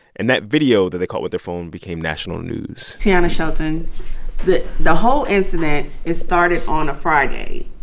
and that video that they caught with their phone became national news tiana shelton the the whole incident, it started on a friday.